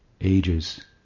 ages